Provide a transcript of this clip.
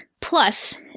plus